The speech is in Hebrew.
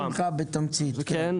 "...ג.